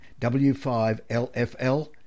W5LFL